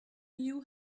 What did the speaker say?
knew